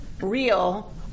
real